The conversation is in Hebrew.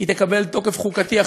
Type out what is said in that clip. שהיא תקבל תוקף חוקתי,